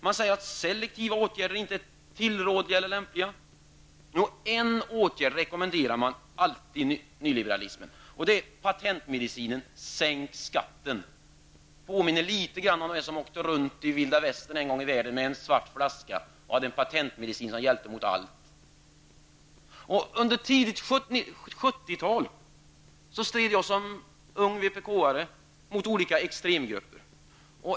Man säger att selektiva åtgärder inte är tillrådliga eller lämpliga. Jo, en åtgärd rekommenderar de nyliberala alltid, nämligen patentmedicinen: sänk skatten! Detta påminner litet grand om den som en gång i världen åkte runt i Vilda Västern med en svart flaska med patentmedicin som hjälpte mot allt. I början av 70-talet stred jag som ung vpk-are mot olika extremgrupper.